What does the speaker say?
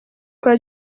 kwa